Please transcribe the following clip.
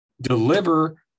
deliver